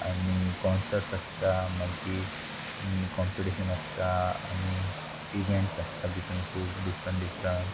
आनी कॉन्सर्ट्स आसता मागीर कॉम्पिटिशनां आसता आनी इवँट्स आसता भितन खूब डिफरंट डिफरंट